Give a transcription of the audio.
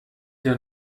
der